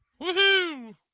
Woohoo